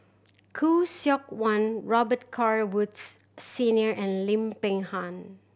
Khoo Seok Wan Robet Carr Woods Senior and Lim Peng Han